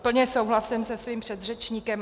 Plně souhlasím se svým předřečníkem.